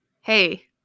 hey